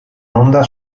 onda